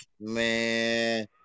Man